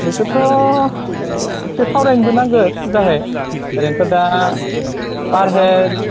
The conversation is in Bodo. बेखौथ' इसे सावरायनोबो नांगोन मोजाङै ओरैनोथ' दा पार हेद